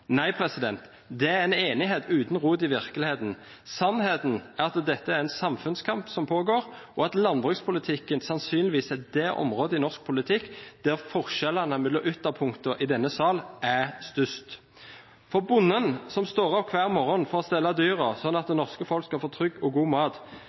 Nei, det er en enighet uten rot i virkeligheten. Sannheten er at dette er en samfunnskamp som pågår, og at landbrukspolitikken sannsynligvis er det området i norsk politikk der forskjellene mellom ytterpunktene i denne salen er størst. For bonden, som står opp hver morgen for å stelle dyrene for at det